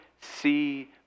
see